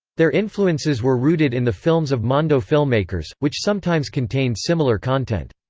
their influences were rooted in the films of mondo filmmakers, which sometimes contained similar content.